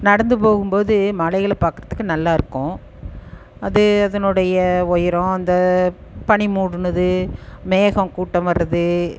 நடந்து போகும்போது மலைகளை பார்க்கறத்துக்கு நல்லாருக்கும் அது அதனுடைய ஒயரம் அந்த பனி மூடுனது மேகம் கூட்டம் வரது